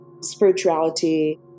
spirituality